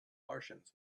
martians